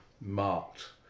marked